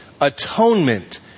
atonement